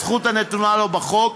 זכות הנתונה לו בחוק,